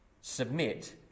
Submit